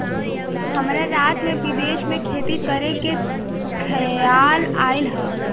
हमरा रात में विदेश में खेती करे के खेआल आइल ह